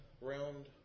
round